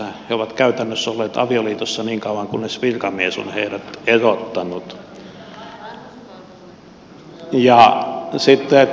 he ovat käytännössä olleet avioliitossa niin kauan kunnes virkamies on heidät erottanut